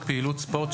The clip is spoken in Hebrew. של ח"כ חילי טרופר << הצח >>